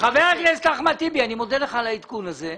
חבר הכנסת אחמד טיבי, אני מודה לך על העדכון הזה.